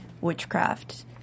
witchcraft